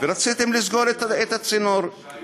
ורציתם לסגור את הצינור.